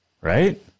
right